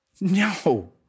No